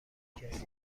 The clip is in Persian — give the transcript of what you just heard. کسی